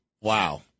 wow